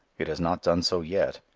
it has not done so yet.